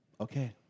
okay